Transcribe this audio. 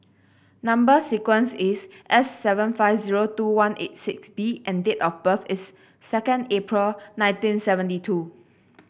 number sequence is S seven five zero two one eight six B and date of birth is second April nineteen seventy two